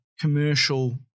commercial